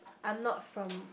I'm not from